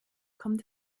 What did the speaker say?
kommt